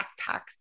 backpack